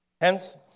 Hence